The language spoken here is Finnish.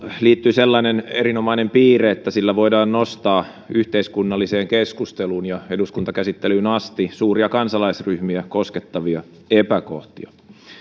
liittyy sellainen erinomainen piirre että sillä voidaan nostaa yhteiskunnalliseen keskusteluun ja eduskuntakäsittelyyn asti suuria kansalaisryhmiä koskettavia epäkohtia